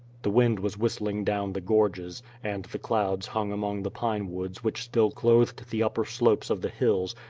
the wind was whistling down the gorges, and the clouds hung among the pine woods which still clothed the upper slopes of the hills,